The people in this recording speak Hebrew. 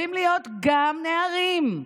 שיכולים להיות גם נערים,